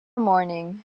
morning